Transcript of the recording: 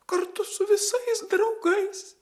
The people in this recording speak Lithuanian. kartu su visais draugais